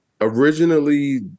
originally